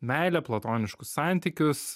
meilę platoniškus santykius